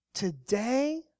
Today